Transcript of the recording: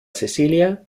cecilia